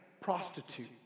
prostitute